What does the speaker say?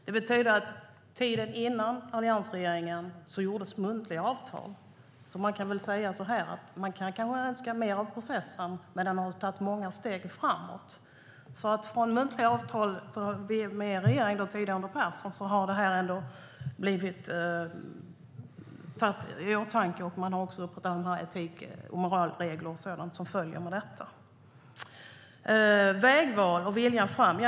Det betyder att det gjordes muntliga avtal före alliansregeringen. Man kan önska mer av processen, men det har tagits många steg framåt. Det har gått från muntliga avtal under regeringen Perssons tid till nya etiska och moraliska regler för detta.